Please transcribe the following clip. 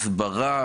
בהתנהגות, בהסברה